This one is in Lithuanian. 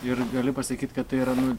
ir gali pasakyt kad tai yra nu